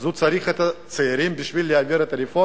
אז הוא צריך את הצעירים בשביל להעביר את הרפורמות?